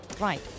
Right